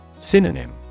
Synonym